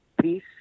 peace